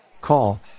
Call